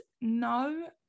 no